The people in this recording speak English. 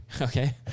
okay